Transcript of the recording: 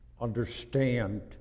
understand